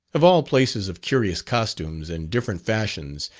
of all places of curious costumes and different fashions,